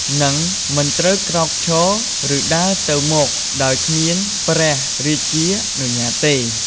និងមិនត្រូវក្រោកឈរ ឬដើរទៅមក ដោយគ្មានព្រះរាជានុញ្ញាតទេ។